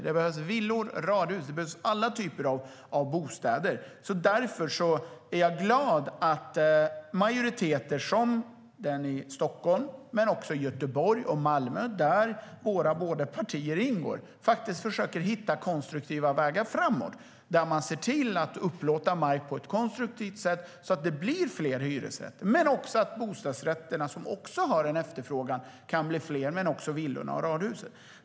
Det behövs villor och radhus. Alla typer av bostäder behövs. Därför är jag glad över att majoriteter som den i Stockholm men även i Göteborg och Malmö, där våra båda partier ingår i styret, försöker hitta konstruktiva vägar framåt. Man ser till att upplåta mark på ett sådant sätt att det blir fler hyresrätter men också så att bostadsrätterna, som också efterfrågas, villorna och radhusen kan bli fler.